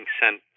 sent